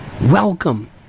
Welcome